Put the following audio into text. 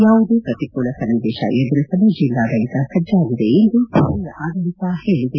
ಯಾವುದೇ ಪ್ರತಿಕೂಲ ಸನ್ನಿವೇಶ ಎದುರಿಸಲು ಜಿಲ್ಲಾಡಳಿತ ಸಜ್ಜಾಗಿದೆ ಎಂದು ಸ್ಥಳೀಯ ಆಡಳಿತ ಹೇಳಿದೆ